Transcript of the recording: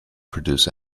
produce